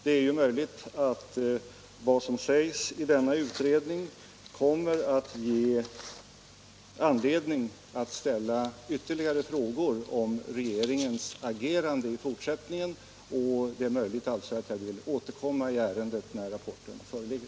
Det är ju möjligt att vad som sägs i denna utredning kommer att ge anledning att ställa ytterligare frågor om regeringens agerande i fortsättningen, och det är också möjligt att jag vill återkomma i ärendet när rapporten föreligger.